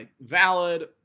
valid